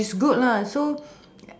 which is good lah so